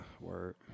Word